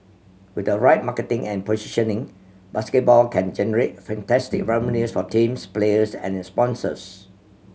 with the right marketing and positioning basketball can generate fantastic revenues for teams players and sponsors